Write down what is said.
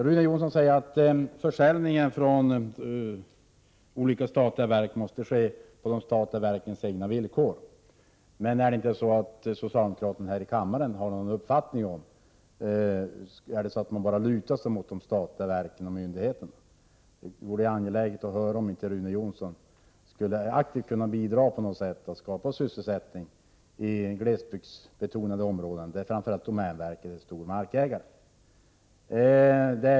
Rune Jonsson säger att utförsäljningen av olika statliga verk måste ske på de statliga verkens egna villkor. Men är det inte så att socialdemokraterna här i kammaren har en egen uppfattning? Eller är det så att man bara lutar sig mot de statliga verken och myndigheter na? Det vore angeläget att höra om inte Rune Jonsson skulle kunna aktivt bidra på något sätt till att skapa sysselsättning i de glesbygdsbetonade områdena, där framför allt domänverket är en stor markägare.